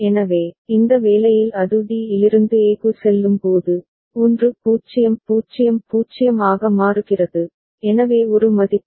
எனவே இந்த வேலையில் அது d இலிருந்து a க்கு செல்லும் போது 1 0 0 0 ஆக மாறுகிறது எனவே ஒரு மதிப்பு